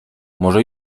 może